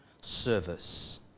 service